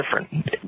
different